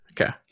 Okay